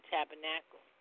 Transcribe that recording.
Tabernacle